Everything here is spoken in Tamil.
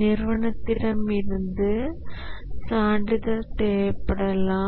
நிறுவனத்திடமிருந்து சான்றிதழ் தேவைப்படலாம் Refer Time 1148